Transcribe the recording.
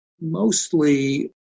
mostly